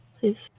Please